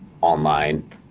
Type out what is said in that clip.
online